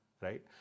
right